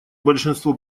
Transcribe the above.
большинство